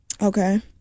okay